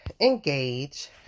engage